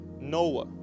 Noah